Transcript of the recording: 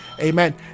amen